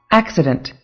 accident